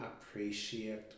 appreciate